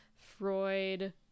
Freud